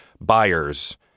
buyers